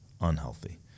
unhealthy